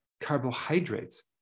carbohydrates